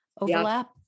Overlap